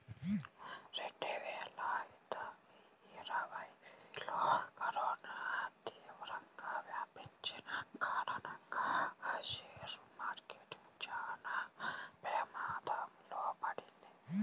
రెండువేల ఇరవైలో కరోనా తీవ్రంగా వ్యాపించిన కారణంగా షేర్ మార్కెట్ చానా ప్రమాదంలో పడింది